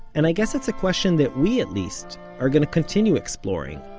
and i guess it's a question that we, at least, are gonna continue exploring.